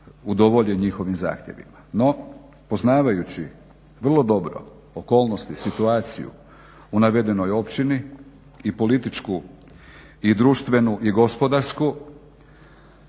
udovolji njihovim zahtjevima. No, poznavajući vrlo dobro okolnosti, situaciju u navedenoj općini i političku i društvenu i gospodarsku